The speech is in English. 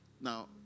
now